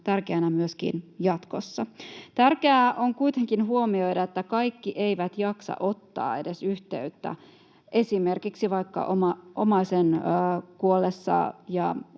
tärkeänä myöskin jatkossa. Tärkeää on kuitenkin huomioida, että kaikki eivät edes jaksa ottaa yhteyttä potilasasiamieheen, esimerkiksi omaisen kuollessa